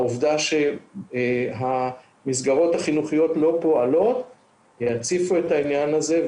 העובדה שהמסגרות החינוכיות לא פועלות יציפו את העניין הזה.